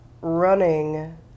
running